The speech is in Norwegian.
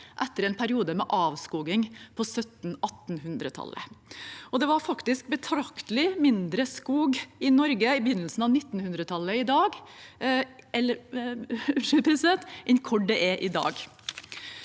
kraften periode med avskoging på 1700- og 1800-tallet. Det var faktisk betraktelig mindre skog i Norge på begynnelsen av 1900-tallet enn det er i dag.